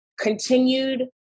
continued